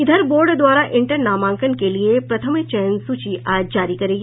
इधर बोर्ड द्वारा इंटर नामांकन के लिए प्रथम चयन सूची आज जारी करेगी